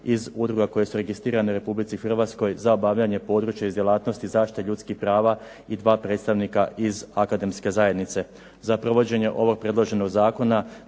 iz udruga koje su registrirane u Republici Hrvatskoj za obavljanje područja djelatnosti iz zaštite ljudskih prava i dva predstavnika iz akademske zajednice. Za provođenje ovog predloženog zakona